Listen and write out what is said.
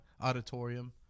Auditorium